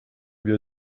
wir